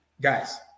guys